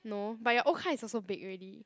no but your old car is also big already